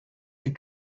die